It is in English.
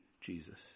Jesus